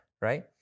right